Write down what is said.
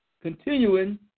continuing